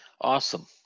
Awesome